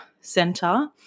center